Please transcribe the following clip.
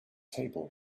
table